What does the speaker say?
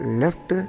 left